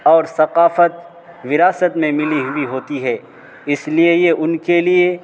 اور ثقافت وراثت میں ملی ہوئی ہوتی ہے اس لیے یہ ان کے لیے